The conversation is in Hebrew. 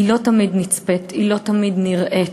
היא לא תמיד נצפית, היא לא תמיד נראית.